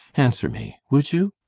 answer me would you?